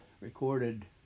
recorded